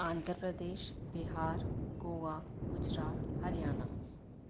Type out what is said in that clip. Andhra Pradesh Bihar Goa Gujarat Haryana